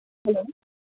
hello